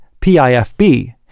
PIFB